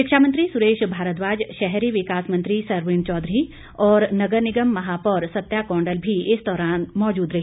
शिक्षा मंत्री सुरेश भारद्वाज शहरी विकास मंत्री सरवीण चौधरी और नगर निगम महापौर सत्या कौंडल भी इस दौरान मौजूद रहे